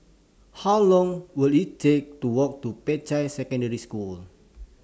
How Long Will IT Take to Walk to Peicai Secondary School